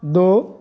दो